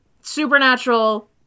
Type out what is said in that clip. supernatural